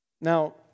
Now